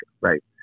right